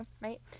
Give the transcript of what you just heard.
right